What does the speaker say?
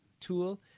tool